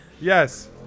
Yes